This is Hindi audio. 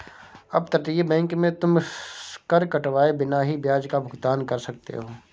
अपतटीय बैंक में तुम कर कटवाए बिना ही ब्याज का भुगतान कर सकते हो